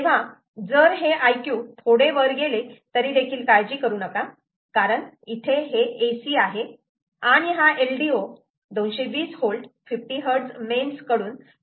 तेव्हा जर हे Iq थोडे वर गेले तरीदेखील काळजी करू नका कारण इथे हे AC आहे आणि हा LDO 220 V 50 Hz मेन्स कडून पॉवर घेत असतो